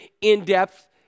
in-depth